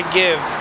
give